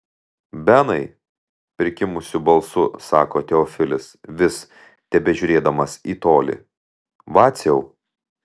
benai prikimusiu balsu sako teofilis vis tebežiūrėdamas į tolį vaciau